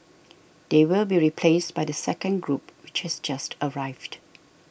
they will be replaced by the second group which has just arrived